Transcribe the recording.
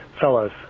fellows